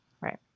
Right